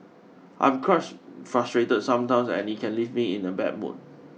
I am crush frustrated sometimes and it can leave me in a bad mood